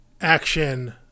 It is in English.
action